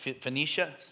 Phoenicia